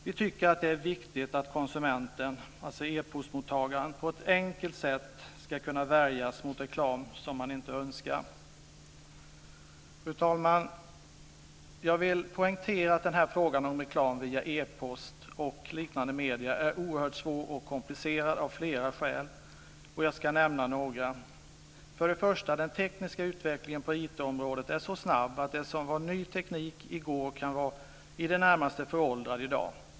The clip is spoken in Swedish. Vi tycker att det är viktigt att konsumenten, dvs. e-postmottagaren, på ett enkelt sätt ska kunna värja sig mot reklam som man inte önskar. Fru talman! Jag vill poängtera att frågan om reklam via e-post och liknande medier är oerhört svår och komplicerad av flera skäl. Jag ska nämna några. För det första är den tekniska utvecklingen på IT området så snabb att det som var ny teknik i går kan vara i det närmaste föråldrat i dag.